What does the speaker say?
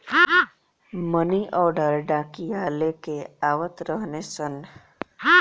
मनी order डाकिया लेके आवत रहने सन